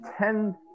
ten